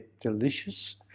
delicious